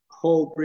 whole